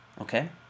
okay